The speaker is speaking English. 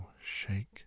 shake